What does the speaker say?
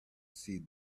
see